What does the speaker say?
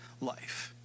life